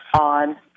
on